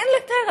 אין לתאר.